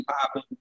popping